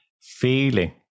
feeling